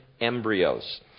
Embryos